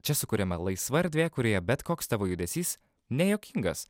čia sukuriama laisva erdvė kurioje bet koks tavo judesys nejuokingas